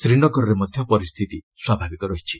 ଶ୍ରୀନଗରରେ ମଧ୍ୟ ପରିସ୍ଥିତି ସ୍ୱାଭାବିକ ରହିଛି